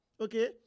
okay